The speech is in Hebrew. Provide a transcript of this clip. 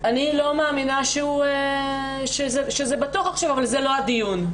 אני לא מאמינה שזה בטוח אבל זה לא הדיון,